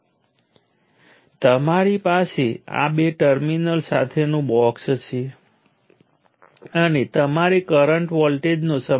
હવે એવું લાગે છે કે થોડી અસ્પષ્ટતા છે કારણ કે આ રેફરન્સ નોડ શું છે જેના રેફરન્સમાં આપણે બધા વોલ્ટેજને માપીએ છીએ